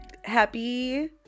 Happy